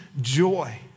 joy